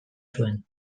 zuen